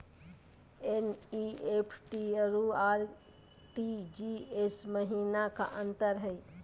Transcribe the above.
NEFT अरु RTGS महिना का अंतर हई?